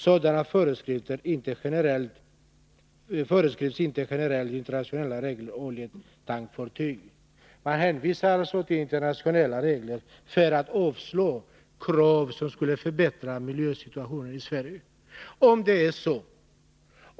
Sådana föreskrivs inte generellt i internationella regler om oljetankfartyg ——-.” Utskottet hänvisar alltså till internationella regler för att avstyrka krav på regler som skulle förbättra miljösituationen i Sverige.